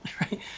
right